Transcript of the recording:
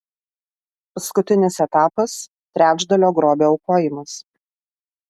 paskutinis etapas trečdalio grobio aukojimas